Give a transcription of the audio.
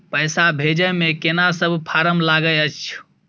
पैसा भेजै मे केना सब फारम लागय अएछ?